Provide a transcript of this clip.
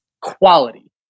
quality